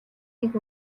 нэг